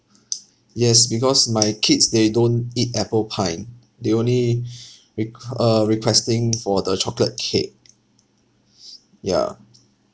yes because my kids they don't eat apple pie they only req~ uh requesting for the chocolate cake ya